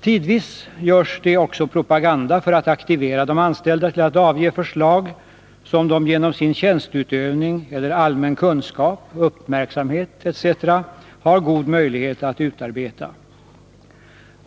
Tidvis görs också propaganda för att aktivera de anställda till att avge förslag som de genom sin tjänsteutövning eller genom allmän kunskap, uppmärksamhet etc. har god möjlighet att utarbeta.